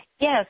Yes